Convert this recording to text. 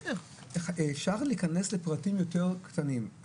אפשר להיכנס לפרטים יותר קטנים.